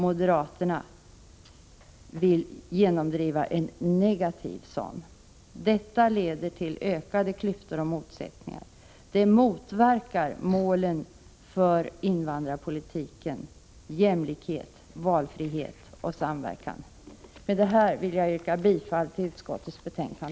Moderaterna vill genomdriva en negativ sådan. Detta leder till ökade klyftor och motsättningar. Det motverkar målen för invandrarpolitiken: jämlikhet, valfrihet och samverkan. Med detta vill jag yrka bifall till utskottets hemställan.